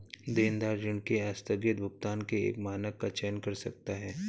देनदार ऋण के आस्थगित भुगतान के एक मानक का चयन कर सकता है